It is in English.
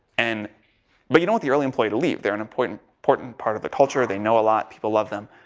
and but you don't the early employee to leave, they're an important, important part of the culture, they know a lot, people love them,